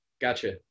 gotcha